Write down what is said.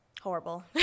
horrible